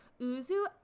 Uzu